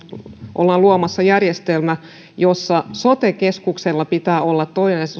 ollaan luomassa järjestelmä jossa sote keskuksella pitää olla